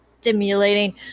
stimulating